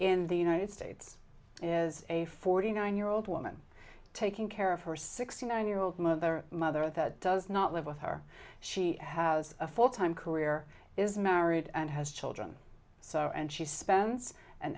in the united states is a forty nine year old woman taking care of her sixty nine year old mother mother that does not live with her she has a full time career is married and has children so and she spends an